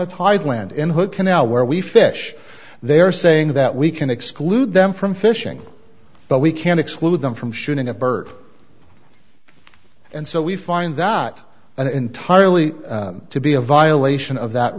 tide land in hood canal where we fish they are saying that we can exclude them from fishing but we can't exclude them from shooting a bird and so we find that an entirely to be a violation of that